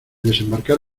desembarcar